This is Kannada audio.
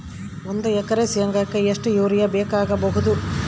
ಒಂದು ಎಕರೆ ಶೆಂಗಕ್ಕೆ ಎಷ್ಟು ಯೂರಿಯಾ ಬೇಕಾಗಬಹುದು?